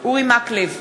אורי מקלב,